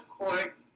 court